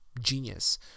genius